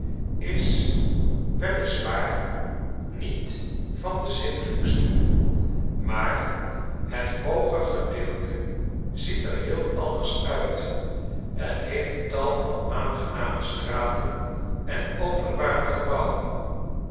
is wel is waar niet van de zindelijkste maar het hooger gedeelte ziet er heel anders uit en heeft tal van aangename straten en openbare gebouwen